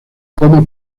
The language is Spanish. como